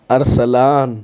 Arsalan